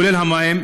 כולל המים,